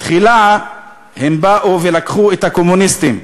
תחילה הם באו ולקחו את הקומוניסטים,